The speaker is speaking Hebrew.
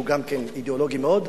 שהוא גם כן אידיאולוגי מאוד,